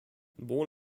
born